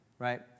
Right